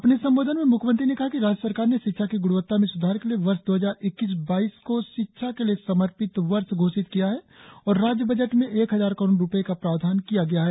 अपने संबोधन में मुख्यमंत्री ने कहा कि राज्य सरकार ने शिक्षा की ग्णवत्ता में स्धार के लिए वर्ष दो हजार इक्कीस बाईस को शिक्षा के लिए समर्पित वर्ष घोषित किया है और राज्य बजट में एक हजार करोड़ रुपये का प्रावधान किया गया है